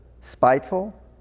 spiteful